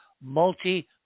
multi